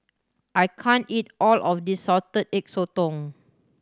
I can't eat all of this Salted Egg Sotong